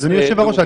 אדוני יושב-ראש,